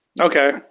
Okay